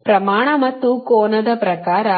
ಆದ್ದರಿಂದ ಅವುಗಳ ಪ್ರಮಾಣ ಮತ್ತು ಕೋನದ ಪ್ರಕಾರ